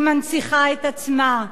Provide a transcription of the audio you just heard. והיא מנציחה את עצמה,